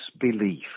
belief